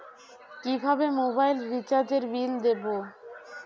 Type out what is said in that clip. কিভাবে মোবাইল রিচার্যএর বিল দেবো?